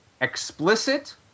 explicit